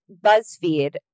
BuzzFeed